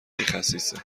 خسیسه